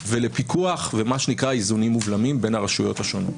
ולפיקוח ולמה שנקרא איזונים ובלמים בין הרשויות השונות.